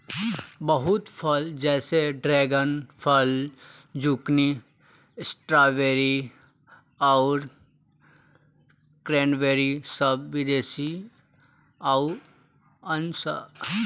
बहुत फल जैसे ड्रेगन फल, ज़ुकूनी, स्ट्रॉबेरी आउर क्रेन्बेरी सब विदेशी हाउअन सा